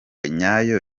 nyayo